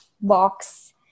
box